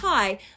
Hi